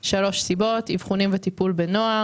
שלוש סיבות: אבחונים וטיפול בנוער,